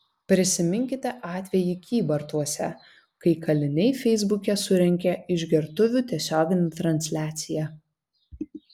prisiminkite atvejį kybartuose kai kaliniai feisbuke surengė išgertuvių tiesioginę transliaciją